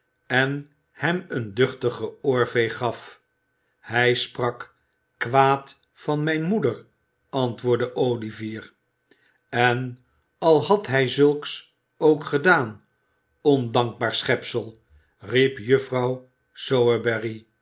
en hem een duchtigen oorveeg gaf hij sprak kwaad van mijne moeder antwoordde olivier en al had hij zulks ook gedaan ondankbaar schepsel riep juffrouw